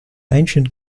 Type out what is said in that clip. ancient